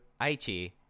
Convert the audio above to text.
Aichi